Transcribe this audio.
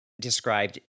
described